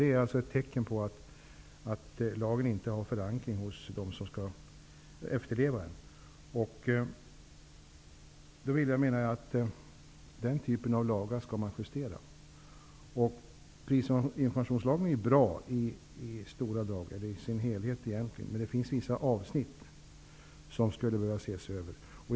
Det är ett tecken på att lagen inte har förankring hos dem som skall efterleva dem. Jag menar att man skall justera den typen av lagar. Prisinformationslagen i sin helhet är bra. Men det finns vissa avsnitt som skulle behöva ses över.